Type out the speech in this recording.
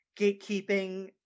gatekeeping